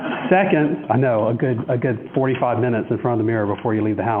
second i know, a good ah good forty five minutes in front of the mirror before you leave the house.